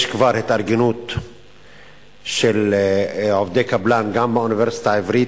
יש כבר התארגנות של עובדי קבלן גם באוניברסיטה העברית,